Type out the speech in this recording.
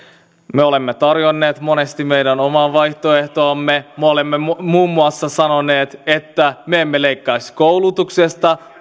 me olemme tarjonneet monesti meidän omaa vaihtoehtoamme me olemme muun muun muassa sanoneet että me emme leikkaisi koulutuksesta